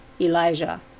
Elijah